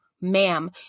ma'am